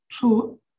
Two